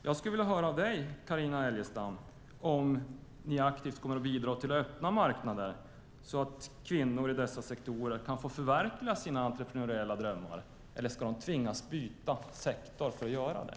Jag skulle vilja höra med dig, Carina Adolfsson Elgestam, om ni aktivt kommer att bidra till att öppna marknader så att kvinnor i dessa sektorer kan få förverkliga sina entreprenöriella drömmar. Eller ska de tvingas byta sektor för att göra det?